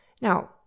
Now